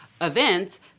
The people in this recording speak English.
events